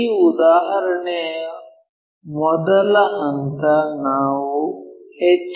ಈ ಉದಾಹರಣೆಯ ಮೊದಲ ಹಂತ ನಾವು ಎಚ್